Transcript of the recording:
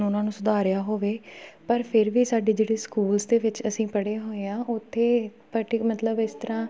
ਉਹਨਾਂ ਨੂੰ ਸੁਧਾਰਿਆ ਹੋਵੇ ਪਰ ਫਿਰ ਵੀ ਸਾਡੇ ਜਿਹੜੇ ਸਕੂਲਸ ਦੇ ਵਿੱਚ ਅਸੀਂ ਪੜ੍ਹੇ ਹੋਏ ਹਾਂ ਉੱਥੇ ਪਰਟੀ ਮਤਲਬ ਇਸ ਤਰ੍ਹਾਂ